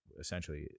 essentially